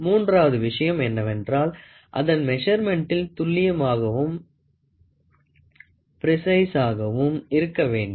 மூன்றாவது விஷயம் என்னவென்றால் அதன் மெசர்மென்டடில் அது துல்லியமாகவும் ப்ரேஸிஸ்ஸாகவும் இருக்க வேண்டும்